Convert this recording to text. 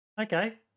Okay